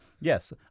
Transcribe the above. yes